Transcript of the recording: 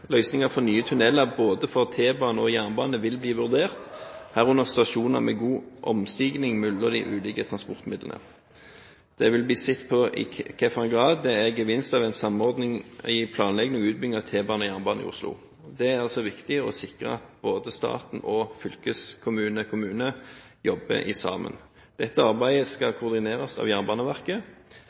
Løsninger for nye tunneler både for T-bane og jernbane vil bli vurdert, herunder stasjoner med god omstigning mellom de ulike transportmidlene. Det vil bli sett på i hvilken grad det er gevinster ved en samordning i planlegging og utbygging av T-bane og jernbane i Oslo. Det er altså viktig å sikre at både staten og fylkeskommunen og kommunen jobber sammen. Dette arbeidet skal koordineres av Jernbaneverket.